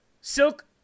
Silk